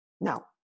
Now